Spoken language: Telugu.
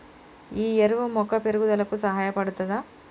ఈ ఎరువు మొక్క పెరుగుదలకు సహాయపడుతదా?